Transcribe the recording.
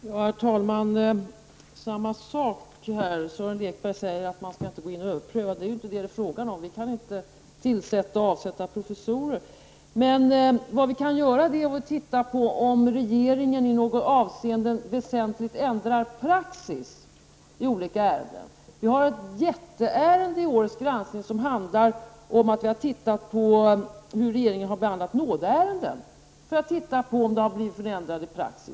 Herr talman! Det gäller samma sak. Sören Lekberg säger alltså att vi inte skall överpröva. Men det är ju inte det som det är fråga om. Vi kan inte tillsätta eller avsätta professorer. Vad vi kan göra är att se om regeringen i något avseende väsentligt ändrar praxis i olika ärenden. Ett mycket stort ärende vid årets granskning handlar om hur regeringen har behandlat nådeärenden. Vi har studerat detta för att se om det har blivit en ändrad praxis.